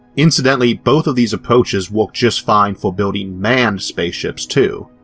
incidentally both of these approaches work just fine for building manned spaceships too.